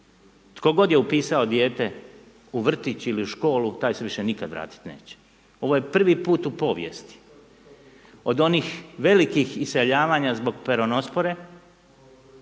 Tko god je upisao dijete u vrtić ili u školu taj se više nikad vratit neće. ovo je prvi put u povijesti od onih velikih iseljavanja zbog peronospore,